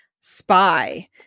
spy